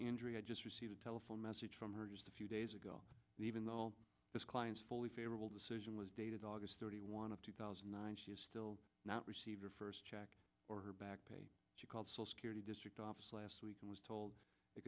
injury i just received a telephone message from her just a few days ago even though this client's fully favorable decision was dated august thirty one of two thousand and nine she is still not receive your first check or her back pay she called security district office last week and was told